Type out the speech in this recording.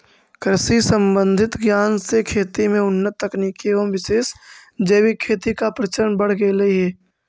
कृषि संबंधित ज्ञान से खेती में उन्नत तकनीक एवं विशेष जैविक खेती का प्रचलन बढ़ गेलई हे